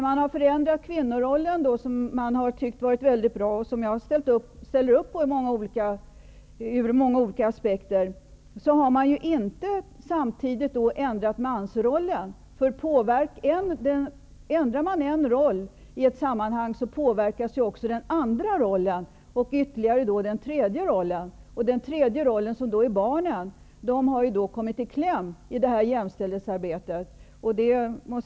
Man har förändrat kvinnorollen och tyckt att det varit mycket bra -- och jag ställer upp på det ur många olika aspekter -- men har samtidigt inte ändrat mansrollen. Ändrar man en roll i ett sammanhang påverkas också den andra rollen och även den tredje rollen. Den tredje rollen har barnen. De har kommit i kläm i jämställdhetsarbetet.